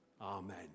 Amen